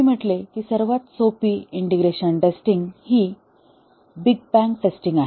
मी म्हटले की सर्वात सोपी इंटिग्रेशन टेस्टिंग ही बिग बॅंग टेस्टिंग आहे